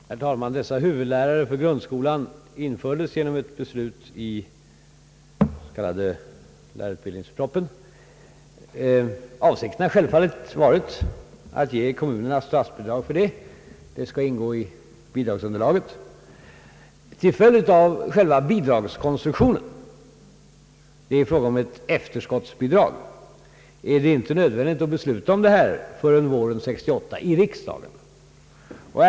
Herr talman! Beslutet om dessa huvudlärare för grundskolan fattades på grundval av den s.k. lärarutbildningspropositionen. Avsikten har självfallet varit att ge kommunerna statsbidrag; tjänsterna skall ingå i bidragsunderlaget. Till följd av själva bidragskonstruktionen — det är fråga om ett efterskottsbidrag — är det inte nödvändigt att besluta om bidraget i riksdagen förrän våren 1968.